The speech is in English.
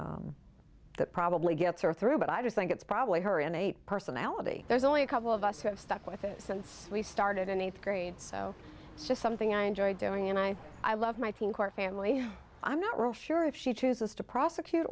developed that probably gets her through but i do think it's probably her a personality there's only a couple of us who have stuck with it since we started in eighth grade so it's just something i enjoy doing and i i love my team core family i'm not real sure if she chooses to prosecute